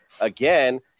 again